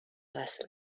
وصل